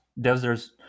deserts